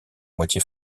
moitié